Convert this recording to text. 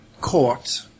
court